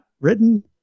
written